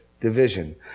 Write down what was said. division